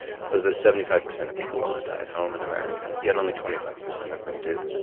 was that seventy five percent of people want to die at home in america, yet only twenty five percent of them do.